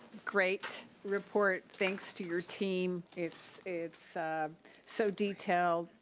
great report. thanks to your team. it's it's so detailed.